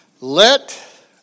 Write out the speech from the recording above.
let